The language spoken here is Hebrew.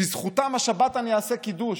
בזכותם השבת אני אעשה קידוש?